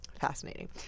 Fascinating